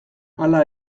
hala